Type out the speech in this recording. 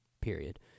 period